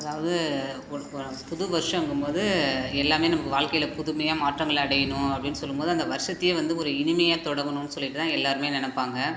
அதாவது புது வர்ஷங்கும் போது எல்லாமே நம்ம வாழ்க்கைல புதுமையாக மாற்றங்களை அடையணும் அப்படினு சொல்லும் போது அந்த வருஷத்தையே வந்து ஒரு இனிமையாக தொடங்கணும் சொல்லிவிட்டு தான் எல்லோருமே நெனைப்பாங்க